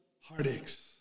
heartaches